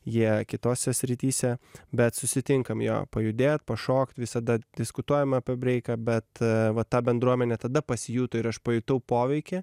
jie kitose srityse bet susitinkam jo pajudėt pašokt visada diskutuojam apie breiką bet va ta bendruomenė tada pasijuto ir aš pajutau poveikį